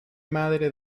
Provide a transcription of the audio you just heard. madre